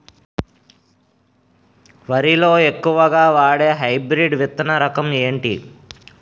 వరి లో ఎక్కువుగా వాడే హైబ్రిడ్ విత్తన రకం ఏంటి?